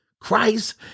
Christ